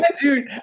dude